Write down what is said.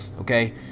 okay